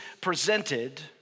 presented